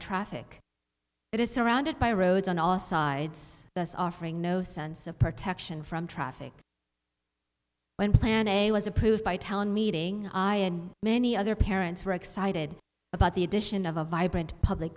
traffic it is surrounded by roads on all sides thus offering no sense of protection from traffic when plan a was approved by town meeting i and many other parents were excited about the addition of a vibrant public